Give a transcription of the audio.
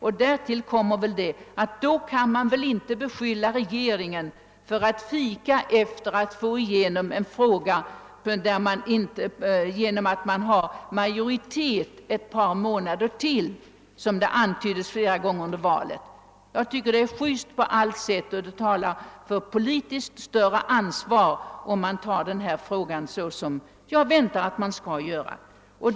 Och man kan väl under dessa förhållanden inte längre beskylla regeringen för att fika efter att få igenom frågan under ett par månader då man har majoritet, som det antyddes under valrörelsen. Det är just och uttryck för ett större politiskt ansvar, om man behandlar frågan så som svaret avslöjar att man skall göra.